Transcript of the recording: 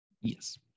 Yes